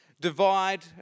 divide